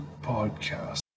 Podcast